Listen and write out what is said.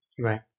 Right